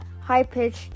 high-pitched